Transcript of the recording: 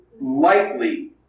lightly